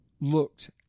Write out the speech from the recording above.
looked